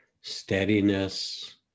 steadiness